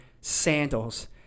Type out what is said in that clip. Sandals